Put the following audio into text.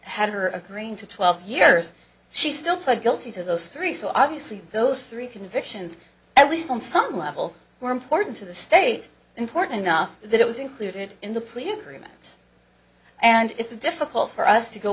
had her agreeing to twelve years she still put guilty to those three so obviously those three convictions at least on some level were important to the state important enough that it was included in the plea agreement and it's difficult for us to go